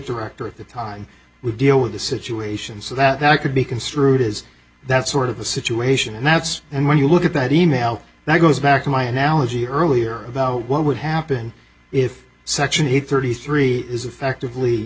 director at the time would deal with the situation so that i could be construed as that sort of a situation and that's and when you look at that e mail that goes back to my analogy earlier about what would happen if section eight thirty three is actively